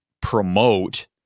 promote